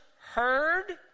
heard